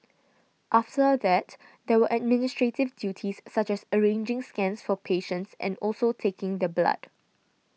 after that there were administrative duties such as arranging scans for patients and also taking the blood